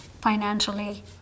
financially